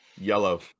Yellow